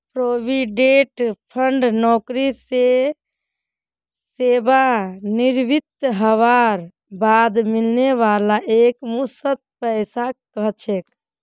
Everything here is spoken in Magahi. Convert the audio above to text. प्रोविडेंट फण्ड नौकरी स सेवानृवित हबार बाद मिलने वाला एकमुश्त पैसाक कह छेक